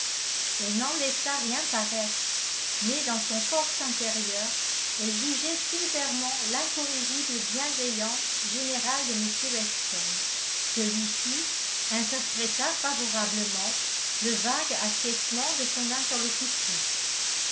elle n'en laissa rien paraître mais dans son fort intérieur elle jugeait sévèrement l'incorrigible bienveillance générale de m weston celui-ci interpréta favorablement le vague acquiescement de son interlocutrice